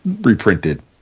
reprinted